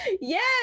yes